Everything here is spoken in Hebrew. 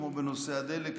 כמו בנושא הדלק,